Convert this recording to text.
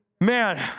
Man